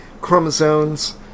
chromosomes